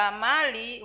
mali